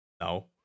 No